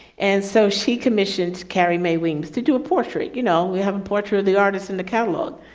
and so she commissioned carrie mae weems to do a portrait, you know, we haven't portrait of the artist in the catalog.